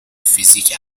فیزیک